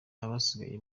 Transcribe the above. abasigaye